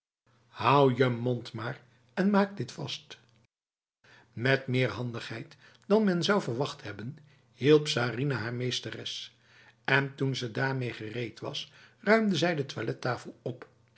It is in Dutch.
houd je mond maar en maak dit vastf met meer handigheid dan men zou verwacht hebben hielp sarinah haar meesteres en toen ze daarmee gereed was ruimde zij de toilettafel op